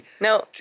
No